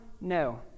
No